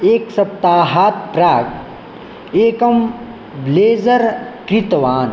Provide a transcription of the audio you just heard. एक् सप्ताहात् प्राग् एकं ब्लेज़र् क्रीतवान्